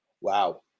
Wow